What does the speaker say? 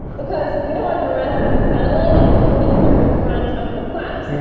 because, we don't want the resins settling and poking through the front of the plaque. so,